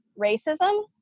racism